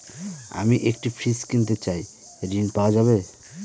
আমি একটি ফ্রিজ কিনতে চাই ঝণ পাওয়া যাবে?